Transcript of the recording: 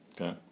Okay